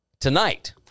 Tonight